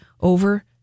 over